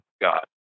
God